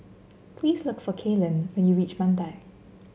please look for Kaylynn when you reach Mandai